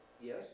yes